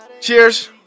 cheers